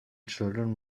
children